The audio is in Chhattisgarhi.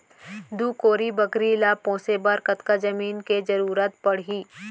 दू कोरी बकरी ला पोसे बर कतका जमीन के जरूरत पढही?